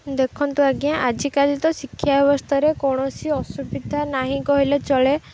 ଦେଖନ୍ତୁ ଆଜ୍ଞା ଆଜିକାଲି ତ ଶିକ୍ଷା ବ୍ୟବସ୍ତାରେ କୌଣସି ଅସୁବିଧା ନାହିଁ କହିଲେ ଚଳେ